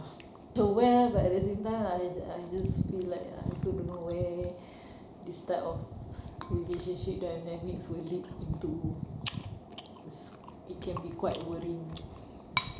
I want to wish her well but at the same time I I just feel like I also don't know where this type of relationship dynamics will lead into it can be quite worrying